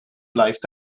blijft